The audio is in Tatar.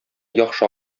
яхшы